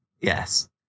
Yes